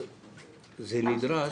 נדרש,